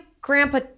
grandpa